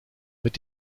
mit